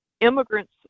immigrants